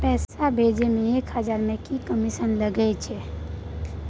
पैसा भैजे मे एक हजार मे की कमिसन लगे अएछ?